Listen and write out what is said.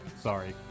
Sorry